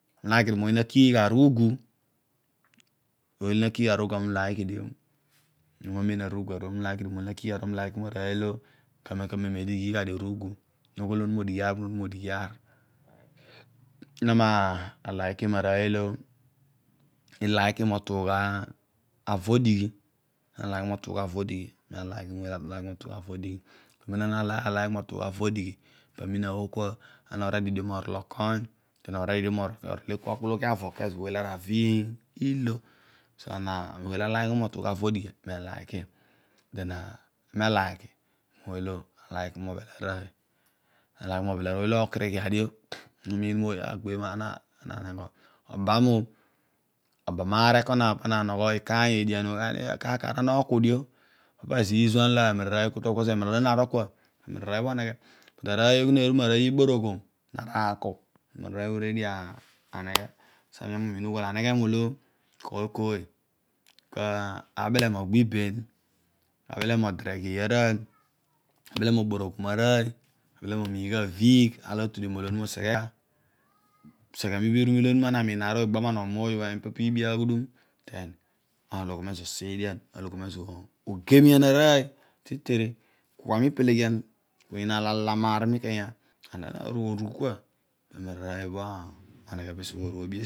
Ami ulik dio mooy olo na kigha ruugh ooy olo na kiil gha ruughe aami uliki dio aami uliki marooy olo iliki mo tu gha avo aliki mo otuugha avo odighi ooy olo aliki mo tugha avo odigh pa amiin aghol oi oredi eki okpul agha avo so ana den aami ooy olo ami ughol kooy kooy olo na gha miiben de arooy ibele mo oporoghom arooy mo omiigh aviigh aar olo otu dio molo onuma otu dio molo onuma seghe mibho iru milo onuma ipe bh poobi aghudum ma loghom mezo osa edian den ma loghom mezo egimian arooy kua miipeleghian ikany orugh kua pe mararooy bho enoghe pesi bho oru oobi esi